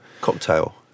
Cocktail